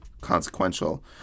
consequential